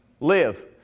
live